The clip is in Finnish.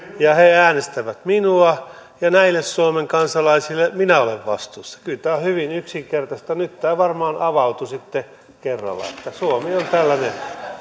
ja he äänestävät minua ja näille suomen kansalaisille minä olen vastuussa kyllä tämä on hyvin yksinkertaista nyt tämä varmaan avautui sitten kerralla että suomi on tällainen